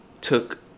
took